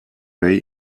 ray